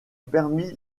permis